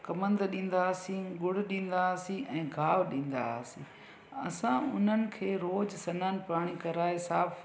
कमंद ॾींदा हुआसीं ॻुड़ु ॾींदा हुआसीं ऐं गाहु ॾींदा हुआसीं असां उन्हनि खे रोज़ु सनानु पाणी कराए साफ़ु